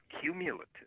cumulative